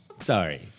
Sorry